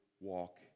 walk